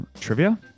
trivia